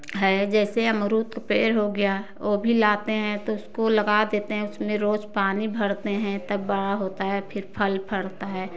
है जैसे अमरूद का पेड़ हो गया ओ भी लाते हैं तो उसको लगा देते हैं उसमें रोज़ पानी भरते हैं तब बड़ा होता है फिर फल फरता है